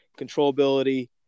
controllability